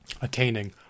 attaining